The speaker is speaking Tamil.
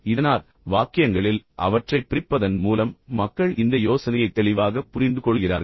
இதனால் வாக்கியங்களில் அவற்றைப் பிரிப்பதன் மூலம் மக்கள் இந்த யோசனையை தெளிவாக புரிந்துகொள்கிறார்கள்